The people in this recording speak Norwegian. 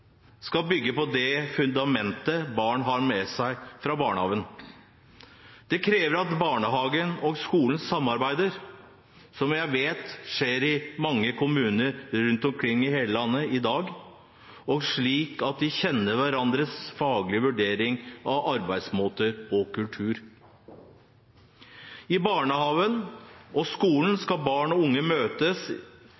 skal bygge på fundamentet barn har med seg fra barnehagen. Det krever at barnehagen og skolen samarbeider, som jeg vet skjer i mange kommuner rundt omkring i hele landet i dag, slik at de kjenner hverandres faglige vurdering av arbeidsmåte og kultur. I barnehagen og skolen